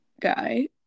guy